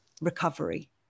recovery